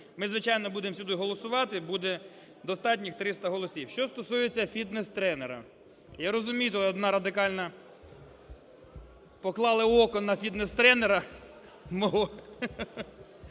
Ми, звичайно, будемо всі голосувати, буде достатніх 300 голосів. Що стосується фітнес-тренера. Я розумію Радикальна поклали око на фітнес-тренера